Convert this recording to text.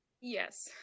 yes